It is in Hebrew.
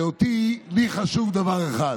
ולי חשוב דבר אחד,